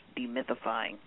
demythifying